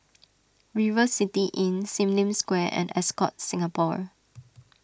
River City Inn Sim Lim Square and Ascott Singapore